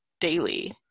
daily